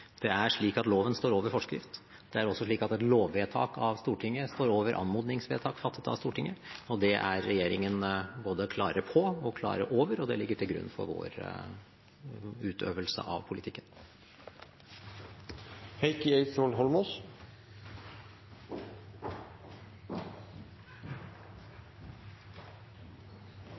Det er slik at lov står over forskrift. Det er også slik at et lovvedtak fra Stortinget står over anmodningsvedtak fattet av Stortinget. Det er regjeringen både klar på og klar over, og det ligger til grunn for vår utøvelse av politikken. Heikki Eidsvoll Holmås